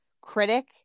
critic